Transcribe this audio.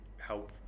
help